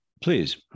please